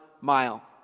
mile